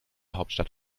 hauptstadt